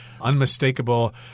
unmistakable